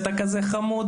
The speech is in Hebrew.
אתה כזה חמוד,